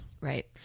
Right